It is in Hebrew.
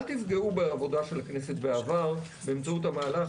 אל תפגעו בעבודה של הכנסת בעבר באמצעות המהלך